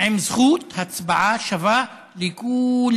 עם זכות הצבעה שווה לכו-לם,